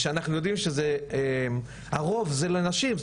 שאנחנו יודעים שהרוב זה לנשים,